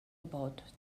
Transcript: about